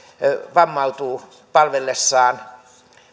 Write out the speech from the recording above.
vammautuu palvellessaan